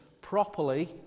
properly